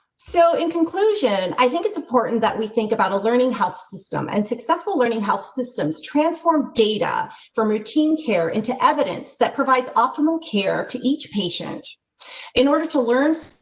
so, in conclusion, i think it's important that we think about a learning health system and successful learning how systems transform data from routine care into evidence that provides optimal care to each patient in order to learn.